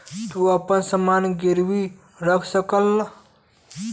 तू आपन समान गिर्वी रख सकला